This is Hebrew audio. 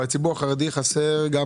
בציבור החרדי חסרה גם